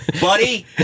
buddy